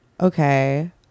okay